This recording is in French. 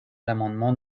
l’amendement